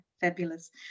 fabulous